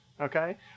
okay